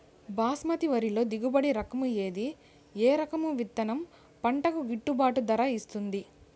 బాస్మతి వరిలో దిగుబడి రకము ఏది ఏ రకము విత్తనం పంటకు గిట్టుబాటు ధర ఇస్తుంది